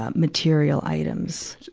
um material items?